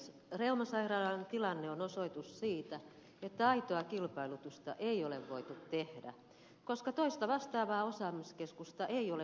reuman sairaalan tilanne on osoitus siitä että aitoa kilpailutusta ei ole voitu tehdä koska toista vastaavaa osaamiskeskusta ei ole suomessa